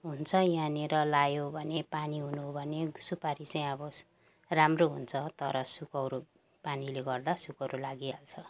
हुन्छ यहाँनेर लगायो भने पानी हुनु हो भने सुपारी चाहिँं अब राम्रो हुन्छ तर सुकौरो पानीले गर्दा सुकौरो लागिहाल्छ